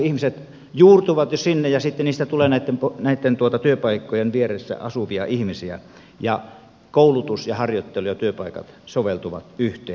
ihmiset juurtuvat jo sinne ja sitten heistä tulee näitten työpaikkojen vieressä asuvia ihmisiä ja koulutus ja harjoittelu ja työpaikat soveltuvat yhteen